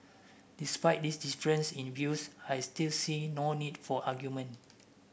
despite this difference in views I still seeing no need for argument